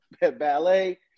ballet